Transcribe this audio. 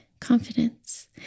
confidence